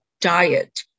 diet